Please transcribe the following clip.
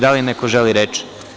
Da li neko želi reč?